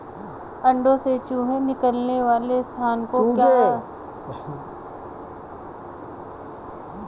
अंडों से चूजे निकलने वाले स्थान को क्या कहते हैं?